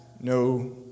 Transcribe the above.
no